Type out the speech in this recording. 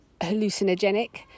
hallucinogenic